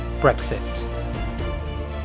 Brexit